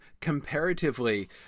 comparatively